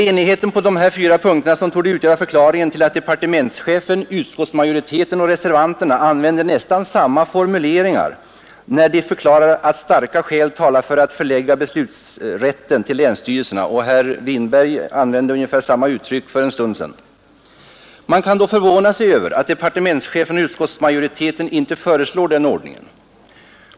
Enigheten på dessa fyra punkter torde utgöra förklaringen till att departementschefen, utskottsmajoriteten och reservanterna använder nästan samma formuleringar, när de förklarar att starka skäl talar för att förlägga beslutsrätten till länsstyrelserna — herr Winberg använde ungefär samma uttryck för en stund sedan. Man kan då förvåna sig över att departementschefen och utskottsmajoriteten inte föreslår den ordningen.